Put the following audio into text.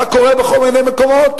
מה קורה בכל מיני מקומות,